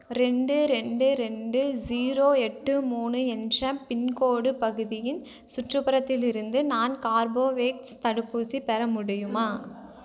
ரெண்டு ரெண்டு ரெண்டு ஸீரோ எட்டு மூணு என்ற பின்கோடு பகுதியின் சுற்றுப்புறத்தில் இருந்து நான் கார்போவேக்ஸ் தடுப்பூசி பெற முடியுமா